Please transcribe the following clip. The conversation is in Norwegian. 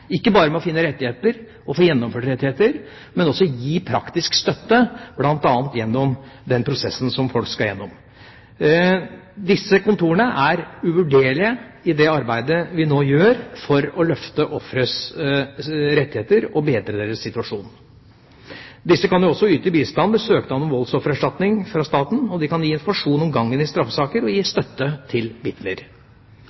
ikke bare med å finne rettigheter og få gjennomført rettigheter, men også med å gi praktisk støtte bl.a. gjennom den prosessen som folk skal gjennom. Disse kontorene er uvurderlige i det arbeidet vi nå gjør for å løfte ofres rettigheter og bedre deres situasjon. De kan også yte bistand ved søknad om voldsoffererstatning fra staten, og de kan gi informasjon om gangen i straffesaker og gi